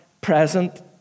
present